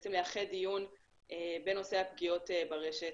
בעצם לאחד דיון בנושא הפגיעות ברשת.